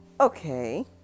okay